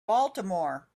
baltimore